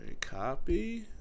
Copy